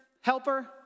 helper